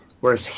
Whereas